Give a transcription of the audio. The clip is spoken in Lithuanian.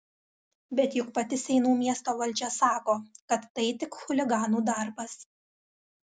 bet juk pati seinų miesto valdžia sako kad tai tik chuliganų darbas